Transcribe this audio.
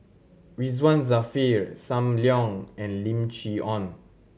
Ridzwan Dzafir Sam Leong and Lim Chee Onn